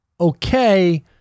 okay